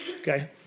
Okay